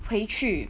回去